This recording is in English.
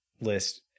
list